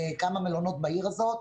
כמה מלונות בעיר הזאת,